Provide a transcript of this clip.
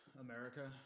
America